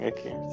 Okay